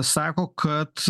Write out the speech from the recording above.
sako kad